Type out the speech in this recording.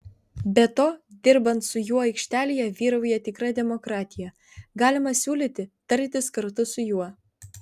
be to dirbant su juo aikštelėje vyrauja tikra demokratija galima siūlyti tartis kartu su juo